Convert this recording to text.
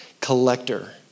collector